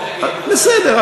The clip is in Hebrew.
בסדר,